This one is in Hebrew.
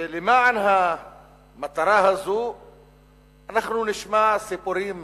למען המטרה הזו אנחנו נשמע סיפורים